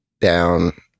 down